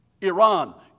Iran